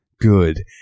good